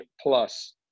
Plus